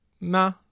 Nah